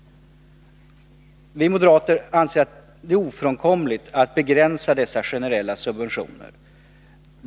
Vi moderater anser det ofrånkomligt att begränsa dessa generella subventioner.